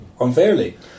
unfairly